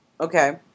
Okay